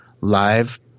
live